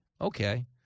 Okay